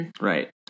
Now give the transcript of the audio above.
Right